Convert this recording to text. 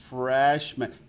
freshman